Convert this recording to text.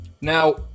Now